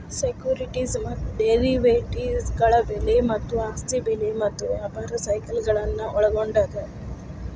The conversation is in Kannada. ಸೆಕ್ಯುರಿಟೇಸ್ ಮತ್ತ ಡೆರಿವೇಟಿವ್ಗಳ ಬೆಲೆ ಮತ್ತ ಆಸ್ತಿ ಬೆಲೆ ಮತ್ತ ವ್ಯಾಪಾರ ಸೈಕಲ್ಗಳನ್ನ ಒಳ್ಗೊಂಡದ